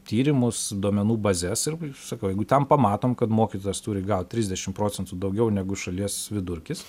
tyrimus duomenų bazes ir sakau jeigu ten pamatom kad mokytojas turi gaut trisdešim procentų daugiau negu šalies vidurkis